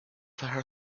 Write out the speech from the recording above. her